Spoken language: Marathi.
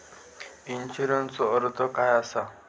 इन्शुरन्सचो अर्थ काय असा?